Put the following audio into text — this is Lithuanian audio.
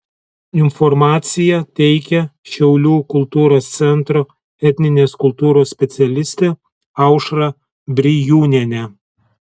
informaciją teikia šiaulių kultūros centro etninės kultūros specialistė aušra brijūnienė